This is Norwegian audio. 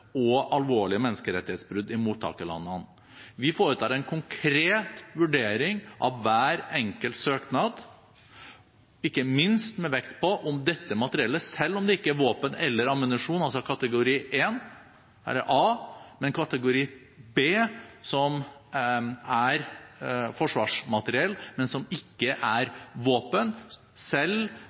og alvorlige menneskerettighetsbrudd i mottakerlandene. Vi foretar en konkret vurdering av hver enkelt søknad, og ikke minst når det gjelder dette materiellet, selv om det ikke er våpen eller ammunisjon, altså kategori A, men kategori B, som er forsvarsmateriell, men som ikke er våpen. Selv